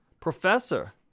Professor